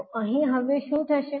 તો અહીં હવે શું થશે